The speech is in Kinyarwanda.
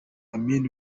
amin